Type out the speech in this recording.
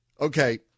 Okay